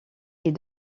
est